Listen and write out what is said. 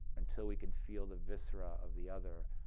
until we could feel the viscera of the other,